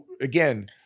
again